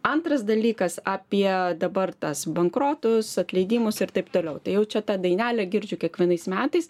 antras dalykas apie dabar tas bankrotus atleidimus ir taip toliau tai jau čia ta dainelę girdžiu kiekvienais metais